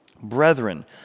Brethren